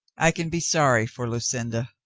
i can be sorry for lu cinda.